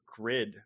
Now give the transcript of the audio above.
grid